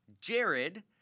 Jared